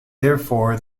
therefore